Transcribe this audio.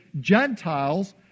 Gentiles